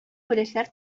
бүләкләр